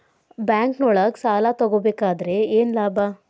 ಬ್ಯಾಂಕ್ನೊಳಗ್ ಸಾಲ ತಗೊಬೇಕಾದ್ರೆ ಏನ್ ಲಾಭ?